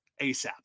ASAP